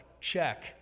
check